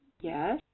Yes